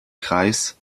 kreis